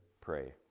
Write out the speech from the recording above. pray